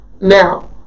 Now